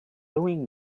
doing